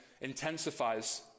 intensifies